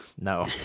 No